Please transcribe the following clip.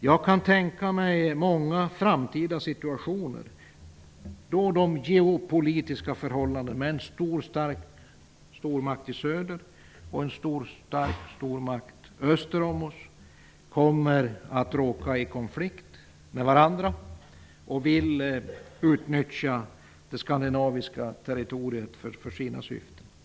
Jag kan tänka mig många framtida situationer i de geopolitiska förhållandena, då en stor, stark stormakt i söder och en stor, stark stormakt öster om oss kommer att råka i konflikt med varandra och vill utnyttja det skandinaviska territoriet för sina syften.